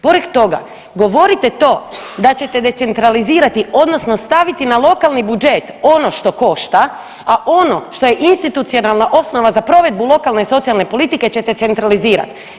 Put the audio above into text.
Pored toga govorite to da ćete decentralizirati odnosno staviti na lokalni budžet ono što košta, a ono šta je institucionalna osnova za provedbu lokalne i socijalne politike ćete centralizirat.